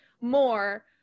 more